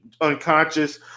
unconscious